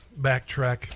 backtrack